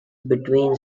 between